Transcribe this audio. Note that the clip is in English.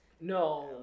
No